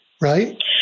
Right